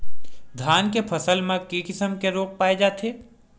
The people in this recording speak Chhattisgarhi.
धान के फसल म के किसम के रोग पाय जाथे?